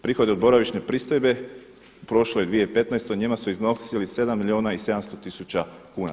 Prihodi od boravišne pristojbe prošloj 2015. njima su iznosili 7 milijuna i 700 tisuća kuna.